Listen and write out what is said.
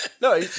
No